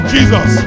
Jesus